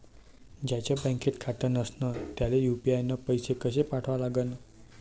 ज्याचं बँकेत खातं नसणं त्याईले यू.पी.आय न पैसे कसे पाठवा लागन?